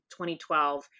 2012